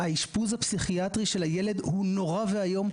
האשפוז הפסיכיאטרי של הילד הוא נורא ואיום,